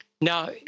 Now